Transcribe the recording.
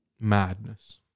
madness